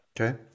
Okay